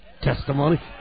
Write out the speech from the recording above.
testimony